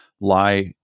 lie